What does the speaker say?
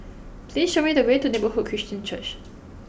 please show me the way to Neighbourhood Christian Church